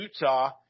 Utah